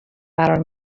قرار